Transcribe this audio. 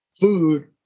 food